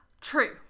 True